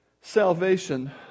Salvation